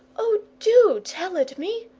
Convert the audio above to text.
oh, do tell it me!